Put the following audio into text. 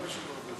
לוועדת העבודה,